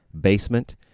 basement